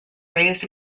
raised